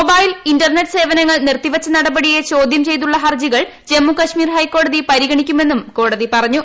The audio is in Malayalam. മൊബൈൽ ഇന്റർനെറ്റ് സേവനങ്ങൾ നിർത്തിവച്ച നടപടിയെ ചോദ്യം ചെയ്തുള്ള ഫർജികൾ ജമ്മുകാശ്മീർ ഹൈക്കോടതി പരിഗണിക്കുമെന്നും കോടതി പറഞ്ഞു